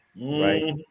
right